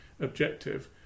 objective